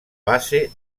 base